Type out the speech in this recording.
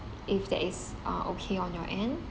if that is uh okay on your end